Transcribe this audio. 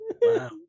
Wow